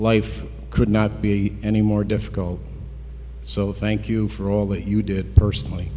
life could not be any more difficult so thank you for all that you did personally